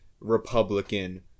Republican